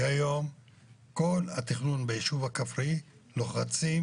כי היום כל התכנון ביישוב הכפרי לוחצים